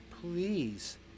please